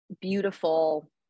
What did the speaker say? beautiful